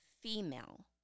female